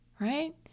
right